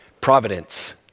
Providence